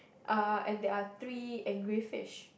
uh and there are three angry fish